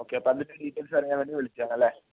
ആ ഓക്കെ അതിൻ്റെ ഡീറ്റെയിൽസ് അറിയാൻ വേണ്ടീട്ട് വിളിച്ചതാണല്ലേ